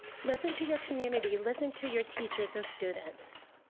listen to your community. listen to your teachers and students,